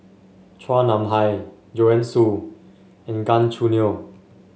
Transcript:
Chua Nam Hai Joanne Soo and Gan Choo Neo